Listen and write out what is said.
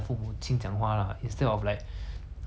每天要过的 that mundane kind of